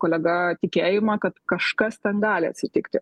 kolega tikėjimą kad kažkas ten gali atsitikti